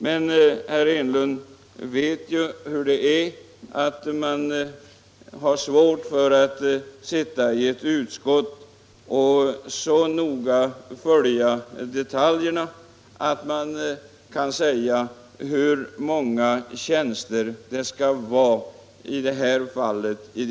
Men herr Enlund vet ju att man inte i ett utskott kan följa detaljerna så noga att man kan säga hur många tjänster de olika musikavdelningarna skall ha.